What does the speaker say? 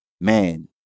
man